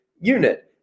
unit